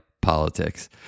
politics